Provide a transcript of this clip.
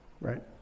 right